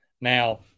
Now